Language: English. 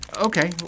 Okay